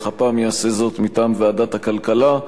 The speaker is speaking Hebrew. אך הפעם יעשה זאת מטעם ועדת הכלכלה,